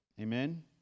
Amen